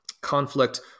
conflict